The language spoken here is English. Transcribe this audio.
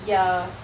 ya